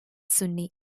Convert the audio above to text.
sunni